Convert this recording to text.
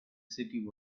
city